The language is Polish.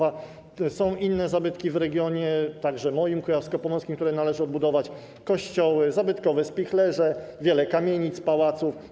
A są inne zabytki w regionie, także moim, kujawsko-pomorskim, które należy odbudować: kościoły, zabytkowe spichlerze, wiele kamienic i pałaców.